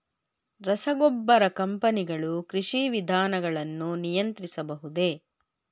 ರಸಗೊಬ್ಬರ ಕಂಪನಿಗಳು ಕೃಷಿ ವಿಧಾನಗಳನ್ನು ನಿಯಂತ್ರಿಸಬಹುದೇ?